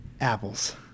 apples